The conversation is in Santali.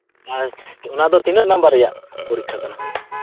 ᱦᱮᱸ ᱚ ᱱᱟᱫᱚ ᱛᱤᱱᱟᱹᱜ ᱱᱟᱢᱵᱟᱨ ᱨᱮᱭᱟᱜ ᱯᱚᱨᱤᱠᱠᱷᱟ ᱠᱟᱱᱟ